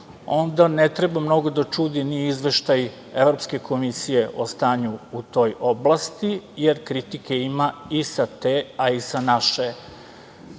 onda ne treba mnogo da čudi ni izveštaj Evropske komisije o stanju u toj oblasti, jer kritike ima i sa te a i sa naše